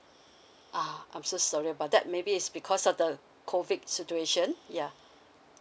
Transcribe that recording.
ah I'm so sorry about that maybe it's because of the COVID situation ya